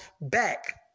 back